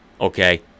Okay